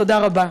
תודה רבה.